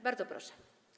Bardzo proszę.